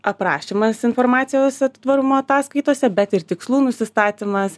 aprašymas informacijos tvarumo ataskaitose bet ir tikslų nusistatymas